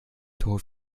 tod